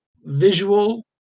visual